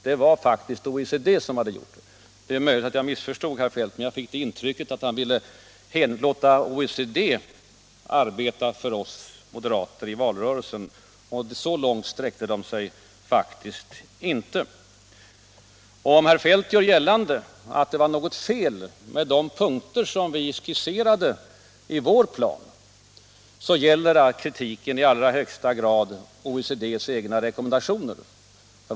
Det var faktiskt OECD som hade gjort det Om herr Feldt gör gällande att det var något grundläggande fel med vår plan, så gäller den kritiken även OECD:s rekommendationer.